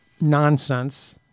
nonsense